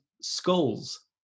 Skulls